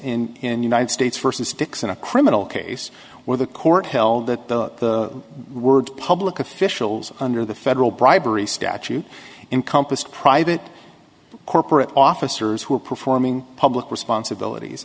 s in the united states versus sticks in a criminal case where the court held that the word public officials under the federal bribery statute encompassed private corporate officers who are performing public responsibilities